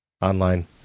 Online